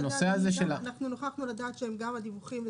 אבל נוכחנו לדעת שגם הדיווחים,